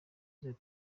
yagize